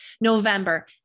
November